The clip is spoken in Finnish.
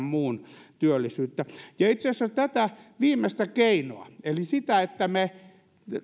muun työllisyyttä itse asiassa tätä viimeistä keinoa eli sitä että me